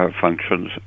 functions